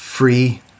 Free